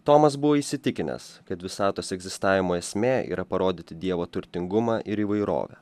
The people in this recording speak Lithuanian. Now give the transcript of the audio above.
tomas buvo įsitikinęs kad visatos egzistavimo esmė yra parodyti dievo turtingumą ir įvairovę